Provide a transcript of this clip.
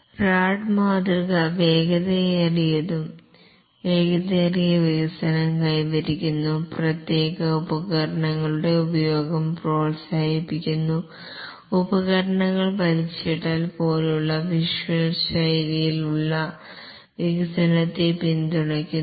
RAD മാതൃക വേഗതയേറിയ വികസനം കൈവരിക്കുന്നു പ്രത്യേക ഉപകരണങ്ങളുടെ ഉപയോഗം പ്രോത്സാഹിപ്പിക്കുന്നു ഉപകരണങ്ങൾ വലിച്ചിടൽ പോലുള്ള വിഷ്വൽ ശൈലിയിലുള്ള വികസനത്തെ പിന്തുണയ്ക്കുന്നു